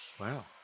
Wow